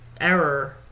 error